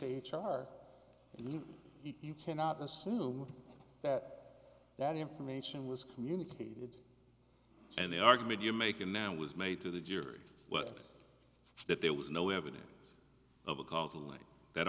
and you cannot assume that that information was communicated and the argument you're making now was made to the jury that there was no evidence of a causal link that